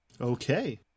Okay